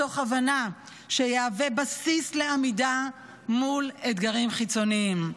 מתוך הבנה שיהווה בסיס לעמידה מול אתגרים חיצוניים.